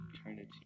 Eternity